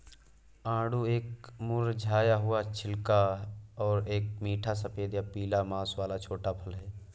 आड़ू एक मुरझाया हुआ छिलका और एक मीठा सफेद या पीला मांस वाला छोटा फल है